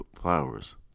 flowers